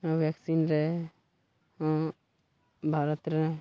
vaccine ᱨᱮᱦᱚᱸ ᱵᱷᱟᱨᱚᱛ ᱨᱮ